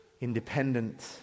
independent